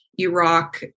Iraq